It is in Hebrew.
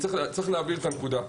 צריך להבין את הנקודה,